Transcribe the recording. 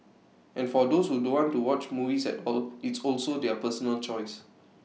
and for those who don't want to watch movies at all it's also their personal choice